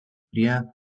prie